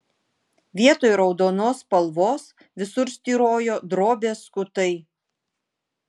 vietoj raudonos spalvos visur styrojo drobės skutai